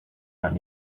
out